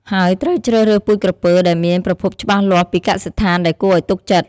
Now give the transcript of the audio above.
ហើយត្រូវជ្រើសរើសពូជក្រពើដែលមានប្រភពច្បាស់លាស់ពីកសិដ្ឋានដែលគួរឲ្យទុកចិត្ត។